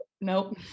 nope